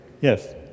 Yes